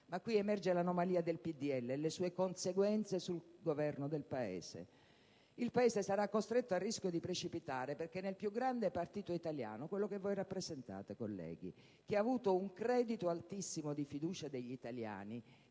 Qui emerge l'anomalia del PdL e le conseguenze che ciò comporta sul Governo del Paese. Il Paese sarà costretto al rischio di precipitare perché nel più grande partito italiano, quello che voi rappresentate, colleghi, che ha avuto un credito altissimo di fiducia degli italiani,